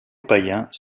païens